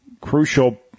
crucial